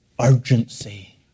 urgency